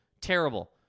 Terrible